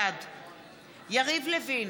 בעד יריב לוין,